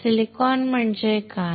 silicon म्हणजे काय